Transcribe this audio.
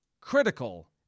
critical